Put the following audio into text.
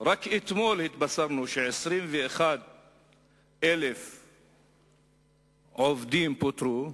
רק אתמול התבשרנו ש-21,000 עובדים פוטרו,